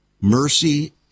Mercy